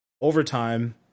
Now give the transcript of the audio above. overtime